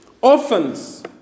orphans